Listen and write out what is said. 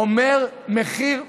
אומר מחיר מינימום.